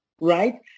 right